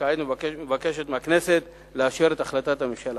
וכעת היא מבקשת מהכנסת לאשר את החלטת הממשלה.